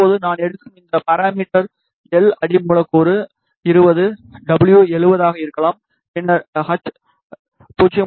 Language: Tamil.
இப்போது நான் எடுக்கும் இந்த பாராமிடர் L அடி மூலக்கூறு 20 w 70 ஆக இருக்கலாம் பின்னர் h 0